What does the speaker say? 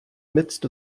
midst